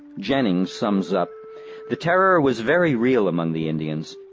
jennings sums up the terror was very real among the indians,